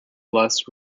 less